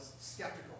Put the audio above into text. skeptical